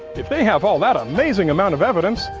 if they have all that amazing amount of evidence,